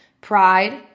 pride